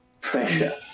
pressure